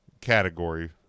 Category